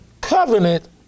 covenant